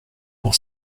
pour